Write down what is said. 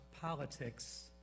politics